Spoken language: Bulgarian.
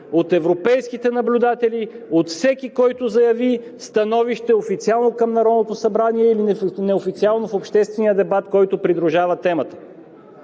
от европейските наблюдатели, от всеки, който заяви становище официално към Народното събрание или неофициално в обществения дебат, който придружава темата.